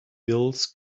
bills